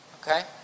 okay